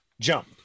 Jump